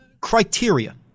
criteria